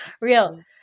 real